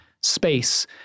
space